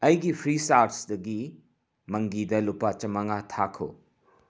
ꯑꯩꯒꯤ ꯐ꯭ꯔꯤꯆꯥꯔꯖꯇꯒꯤ ꯃꯪꯒꯤꯗ ꯂꯨꯄꯥ ꯆꯥꯝꯃꯉꯥ ꯊꯥꯈꯣ